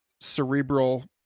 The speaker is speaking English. cerebral